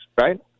right